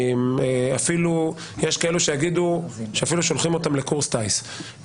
אפילו יש כאלה שיגידו ששולחים אותם לקורס טיס.